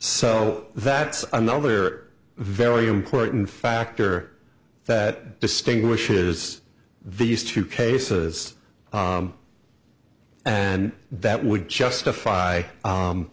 so that's another very important factor that distinguishes the used two cases and that would justify